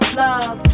love